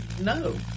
no